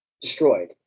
destroyed